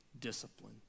discipline